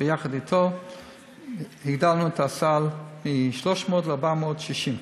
יחד אתו הגדלנו את הסל מ-300 ל-460.